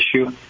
issue